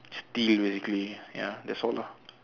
steal basically ya that's all lah